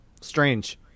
Strange